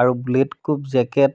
আৰু ব্লেড কোপ জেকেট